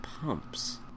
pumps